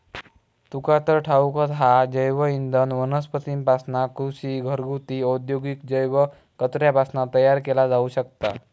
तुका तर ठाऊकच हा, जैवइंधन वनस्पतींपासना, कृषी, घरगुती, औद्योगिक जैव कचऱ्यापासना तयार केला जाऊ शकता